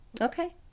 Okay